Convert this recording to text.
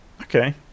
okay